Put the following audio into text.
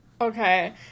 Okay